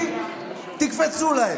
תקפצו להם.